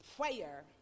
prayer